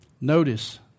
Notice